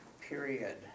period